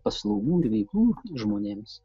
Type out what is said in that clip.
paslaugų ir veiklų žmonėms